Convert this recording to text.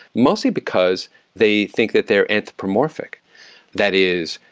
mostly because they think that they're anthropomorphic that is,